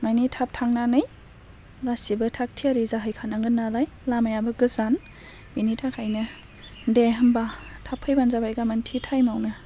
मानि थाब थांनानै गासिबो थाक थियारि जाहैखानांगोन नालाय लामायाबो गोजान बेनि थाखायनो दे होनबा थाब फैबानो जाबाय गाबोन थि टाइमावनो